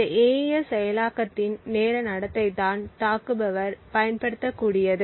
இந்த AES செயலாக்கத்தின் நேர நடத்தைதான் தாக்குபவர் பயன்படுத்தக்கூடியது